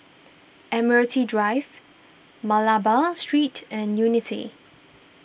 Admiralty Drive Malabar Street and Unity